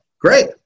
Great